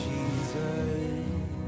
Jesus